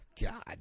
God